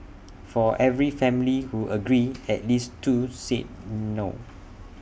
for every family who agreed at least two said no